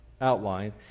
outline